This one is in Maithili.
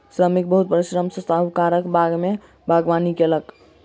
श्रमिक बहुत परिश्रम सॅ साहुकारक बाग में बागवानी कएलक